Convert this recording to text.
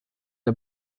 der